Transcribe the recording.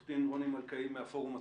עורכת הדין רוני מלכאי מהפורום הציבורי,